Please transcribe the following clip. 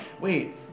Wait